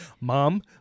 Mom